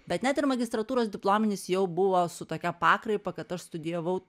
bet net ir magistratūros diplominis jau buvo su tokia pakraipa kad aš studijavau